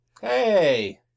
Hey